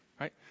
right